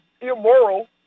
immoral